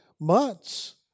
months